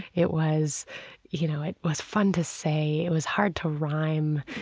it was you know it was fun to say. it was hard to rhyme.